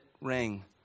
ring